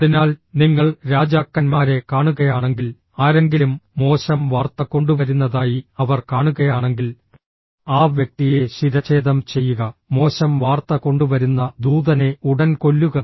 അതിനാൽ നിങ്ങൾ രാജാക്കന്മാരെ കാണുകയാണെങ്കിൽ ആരെങ്കിലും മോശം വാർത്ത കൊണ്ടുവരുന്നതായി അവർ കാണുകയാണെങ്കിൽ ആ വ്യക്തിയെ ശിരഛേദം ചെയ്യുക മോശം വാർത്ത കൊണ്ടുവരുന്ന ദൂതനെ ഉടൻ കൊല്ലുക